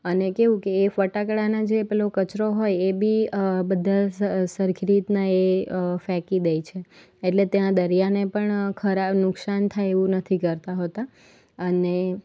અને કેવું કે એ ફટાકડાના જે પેલો કચરો હોય એ બી બધા સરખી રીતના એ ફેંકી દે છે એટલે ત્યાં દરિયાને પણ ખરા નુકસાન થાય એવું નથી કરતાં હોતા અને